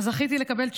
זכיתי לקבל תשובה: